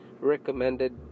recommended